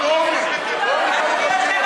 נא לשמור על שקט,